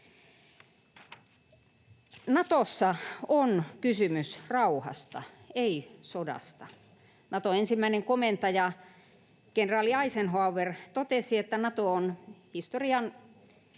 Natossa on kysymys rauhasta, ei sodasta. Naton ensimmäinen komentaja, kenraali Eisenhower, totesi, että Nato on historian